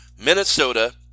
Minnesota